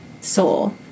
soul